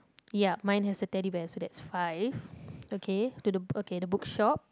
ya mine has a Teddy Bear so that's five okay to the okay the bookshop